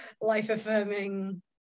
life-affirming